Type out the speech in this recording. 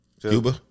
Cuba